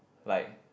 like